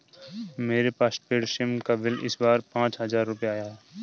मेरे postpaid SIM का bill इस बार पाँच हजार रुपए आया था